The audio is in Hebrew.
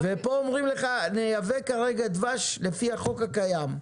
פה אומרים לך: נייבא כרגע דבש לפי החוק הקיים.